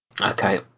Okay